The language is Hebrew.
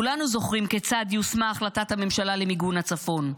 כולנו זוכרים כיצד יושמה החלטת הממשלה למיגון הצפון.